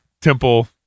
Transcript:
temple